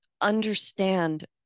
understand